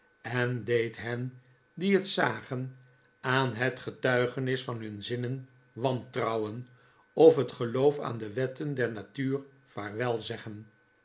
en deed hen die het zagen aan het getuigenis van hun zinnen wantrouwen of het geloof aan de wetten der natuur vaarwel zeggen